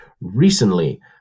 recently